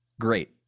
Great